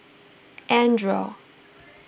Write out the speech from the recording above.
andre